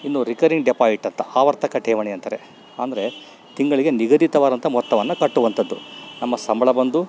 ಇನ್ನು recurring deposit ಅಂತ ಆವರ್ತಕ ಠೇವಣಿ ಅಂತಾರೆ ಅಂದರೆ ತಿಂಗಳಿಗೆ ನಿಗದಿತವಾದಂಥ ಮೊತ್ತವನ್ನು ಕಟ್ಟುವಂಥದ್ದು ನಮ್ಮ ಸಂಬಳ ಬಂದು